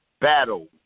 battle